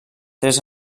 tres